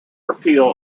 peel